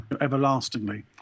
everlastingly